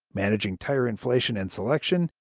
managing tire inflation and selection,